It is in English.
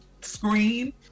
screen